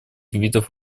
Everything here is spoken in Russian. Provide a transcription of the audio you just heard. видов